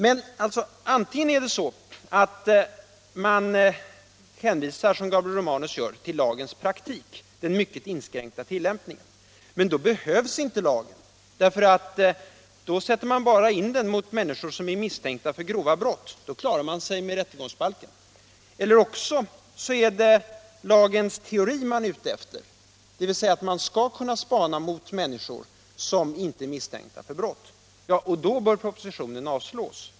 Men antingen skall man, som Gabriel Romanus gör, hänvisa till lagens praktik, den mycket inskränkta tillämpningen — då behövs inte lagen, för då sätter man in spaningen mot människor som är misstänkta för grova brott, och då klarar man sig med rättegångsbalken — eller också är det lagens teori man är ute efter, dvs. att man skall kunna spana mot människor som inte är misstänkta för brott. Men då bör propositionen avslås.